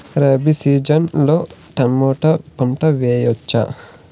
Rabi season లో tomato పంట వేయవచ్చా?